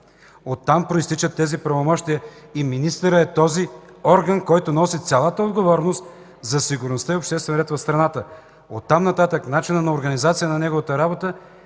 Оттам произтичат тези правомощия и министърът е този орган, който носи цялата отговорност за сигурността и обществения ред в страната. Оттам нататък начинът на организация на неговата работа